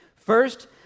First